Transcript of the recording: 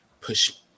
push